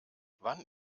wann